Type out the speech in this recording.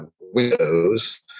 windows